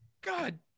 God